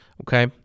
okay